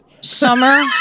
Summer